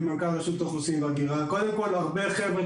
שלום לכולכם,